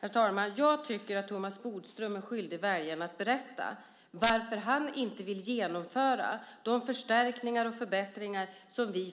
Herr talman! Jag tycker att Thomas Bodström är skyldig att berätta för väljarna varför han inte vill genomföra de förstärkningar och förbättringar som vi